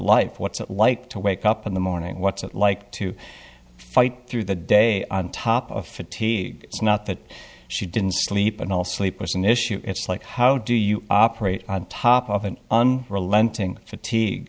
life what's it like to wake up in the morning what's it like to fight through the day on top of fatigue it's not that she didn't sleep at all sleep was an issue it's like how do you operate on top of an unrelenting fatigue